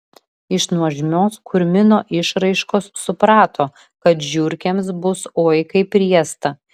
iš nuožmios kurmino išraiškos suprato kad žiurkėms bus oi kaip riesta